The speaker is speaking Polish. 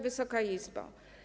Wysoka Izbo!